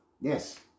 Yes